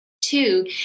two